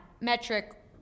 metric